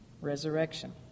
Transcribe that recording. resurrection